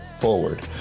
forward